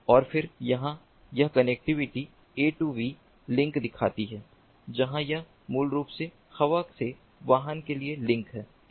और फिर यहां यह connectivity A to V link दिखाती है जहां यह मूल रूप हवा से वाहन के लिए लिंक है